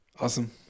Awesome